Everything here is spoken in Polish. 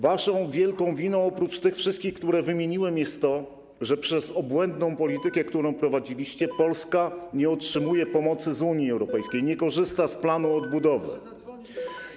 Waszą wielką winą, oprócz tych wszystkich, które wymieniłem, jest to, że przez obłędną politykę, którą prowadziliście, Polska nie otrzymuje pomocy z Unii Europejskiej, nie korzysta z planu odbudowy.